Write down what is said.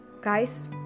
Guys